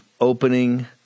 opening